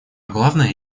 главное